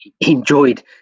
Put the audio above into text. enjoyed